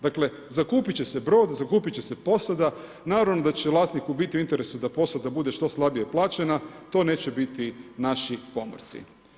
Dakle, zakupiti će se brod, zakupiti će se posada, naravno da će vlasniku biti u interesu da posada bude što slabije plaćena, to neće biti naši pomorci.